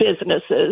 businesses